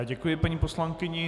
Děkuji paní poslankyni.